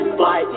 fly